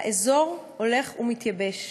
האזור הולך ומתייבש,